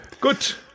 gut